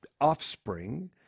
offspring